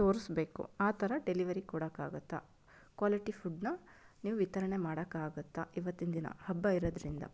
ತೋರಿಸಬೇಕು ಆ ಥರ ಡೆಲಿವರಿ ಕೊಡೋಕ್ಕಾಗತ್ತಾ ಕ್ವಾಲಿಟಿ ಫುಡ್ಡನ್ನು ನೀವು ವಿತರಣೆ ಮಾಡೋಕ್ಕಾಗತ್ತಾ ಇವತ್ತಿನ ದಿನ ಹಬ್ಬ ಇರೋದ್ರಿಂದ